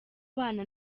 bana